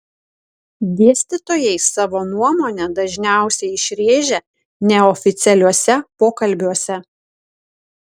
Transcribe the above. dėstytojai savo nuomonę dažniausiai išrėžia neoficialiuose pokalbiuose